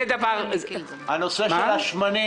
הנושא של השמָנים